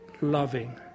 loving